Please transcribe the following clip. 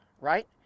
right